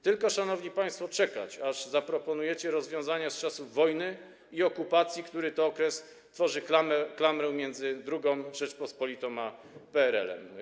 Tylko, szanowni państwo, czekać, aż zaproponujecie rozwiązania z czasów wojny i okupacji, który to okres tworzy klamrę między II Rzecząpospolitą a PRL-em.